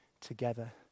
together